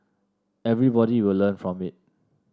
everybody will learn from it